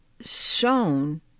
shown